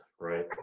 right